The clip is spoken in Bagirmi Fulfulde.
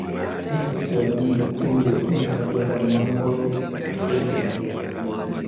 Njarateedam dukkuje, njarateedam mangoro be njarateedam lemuuji.